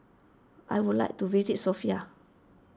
I would like to visit Sofia